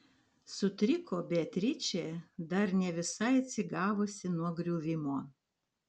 sutriko beatričė dar ne visai atsigavusi nuo griuvimo